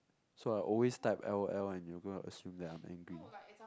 so I always type l_o_l and you're gonna assume that I'm angry